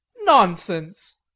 Nonsense